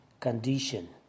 Condition